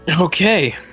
Okay